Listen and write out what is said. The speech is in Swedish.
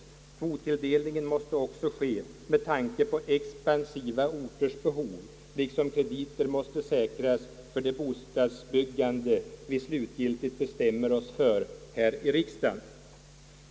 Kvottilldelningen måste också ske med tanke på expansiva orters behov, liksom krediter måste säkras för det bostadsbyggande vi slutgiltigt bestämmer oss för här i riksdagen.